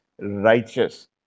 Righteous